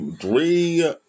Three